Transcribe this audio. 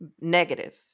negative